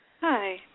Hi